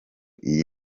iyi